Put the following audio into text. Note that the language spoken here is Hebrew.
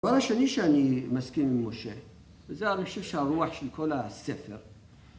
דבר השני שאני מסכים עם משה וזה אני חושב שהרוח של כל הספר